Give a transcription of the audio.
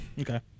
Okay